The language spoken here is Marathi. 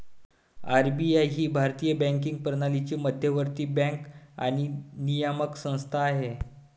आर.बी.आय ही भारतीय बँकिंग प्रणालीची मध्यवर्ती बँक आणि नियामक संस्था आहे